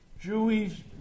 Jewish